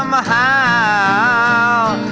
um ah ah,